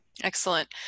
Excellent